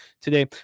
today